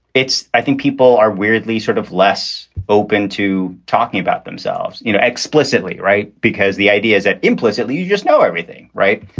it's i think people are weirdly sort of less open to talking about themselves you know explicitly. right. because the idea is that implicitly, you just know everything. right.